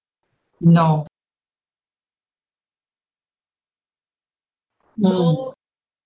no no